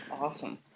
Awesome